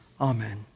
Amen